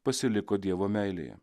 pasiliko dievo meilėje